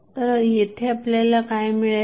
तर आपल्याला येथे काय मिळेल